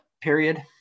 period